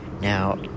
now